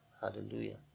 hallelujah